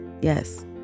yes